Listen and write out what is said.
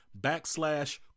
backslash